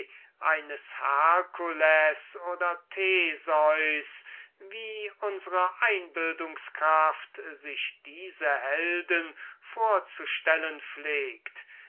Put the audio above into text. eines hercules oder theseus wie unsre einbildungskraft sich diese helden vorzustellen